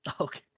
okay